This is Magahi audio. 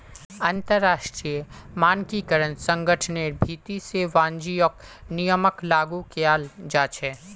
अंतरराष्ट्रीय मानकीकरण संगठनेर भीति से वाणिज्यिक नियमक लागू कियाल जा छे